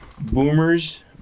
Boomers